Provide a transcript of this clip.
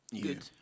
good